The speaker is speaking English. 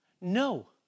No